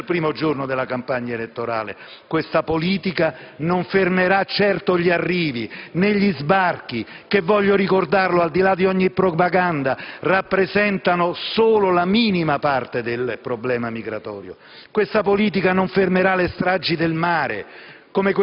fin dal primo giorno della campagna elettorale. Questa politica non fermerà certo gli arrivi, né gli sbarchi, che, voglio ricordarlo al di là di ogni propaganda, rappresentano solo la minima parte del problema migratorio. Questa politica non fermerà le stragi del mare,